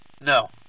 No